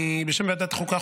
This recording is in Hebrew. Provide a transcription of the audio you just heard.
בשם ועדת החוקה,